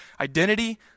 identity